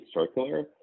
circular